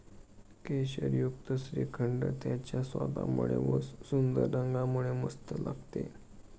केशरयुक्त श्रीखंड त्याच्या स्वादामुळे व व सुंदर रंगामुळे मस्त लागते